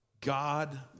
God